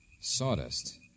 Sawdust